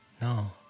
No